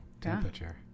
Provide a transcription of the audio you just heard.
Temperature